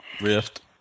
Rift